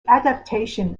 adaptation